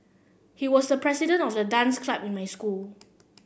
he was the president of the dance club in my school